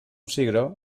cigró